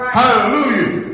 hallelujah